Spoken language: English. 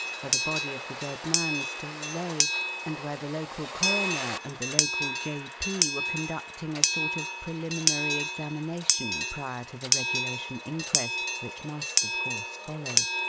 where the body of the dead man still lay and where the local coroner and the local j. p. were conducting a sort of preliminary examination prior to the regulation inquest, which must, of course, follow.